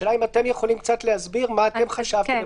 השאלה אם אתם יכולים להסביר מה אתם חשבתם.